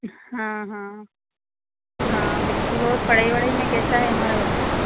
हाँ हाँ हाँ बिल्कुल और पढ़ाई वढ़ाई में कैसा है हमारा बच्चा